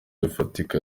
bifatika